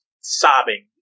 sobbing